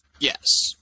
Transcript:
Yes